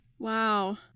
Wow